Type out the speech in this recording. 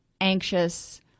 anxious